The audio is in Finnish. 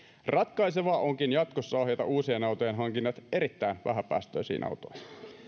ratkaisevaa onkin jatkossa ohjata uusien autojen hankinnat erittäin vähäpäästöisiin autoihin